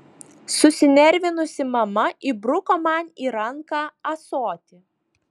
susinervinusi mama įbruko man į ranką ąsotį